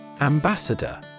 Ambassador